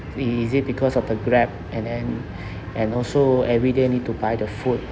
a bit easy because of the grab and then and also everyday need to buy the food